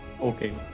okay